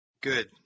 Good